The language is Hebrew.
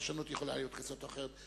שהפרשנות יכולה להיות כזאת או אחרת.